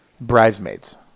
Bridesmaids